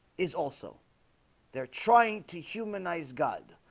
is also they're trying to humanize god.